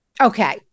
Okay